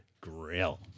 Grill